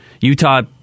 Utah